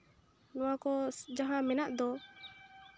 ᱱᱚᱣᱟ ᱠᱚ ᱡᱟᱦᱟᱸ ᱢᱮᱱᱟᱜ ᱫᱚ